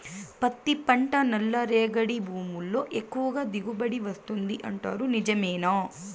పత్తి పంట నల్లరేగడి భూముల్లో ఎక్కువగా దిగుబడి వస్తుంది అంటారు నిజమేనా